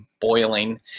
boiling